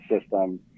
system